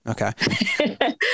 Okay